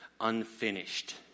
unfinished